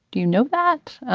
do you know that